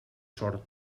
sord